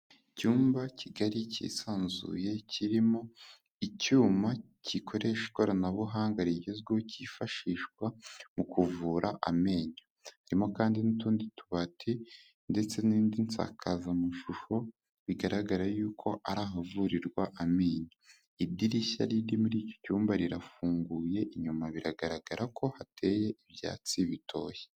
Icyumba Kigali cyisanzuye, kirimo icyuma gikoresha ikoranabuhanga rigezweho cyifashishwa mu kuvura amenyo, harimo kandi n'utundi tubati ndetse n'indi nsakazamashusho, bigaragara yuko ari ahavurirwa amenyo. Idirishya riri muri iki cyumba rirafunguye, inyuma biragaragara ko hateye ibyatsi bitoshye.